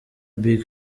big